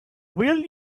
will